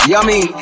Yummy